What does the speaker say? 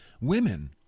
women